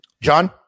John